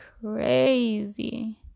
crazy